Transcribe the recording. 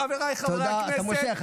חבריי חברי הכנסת,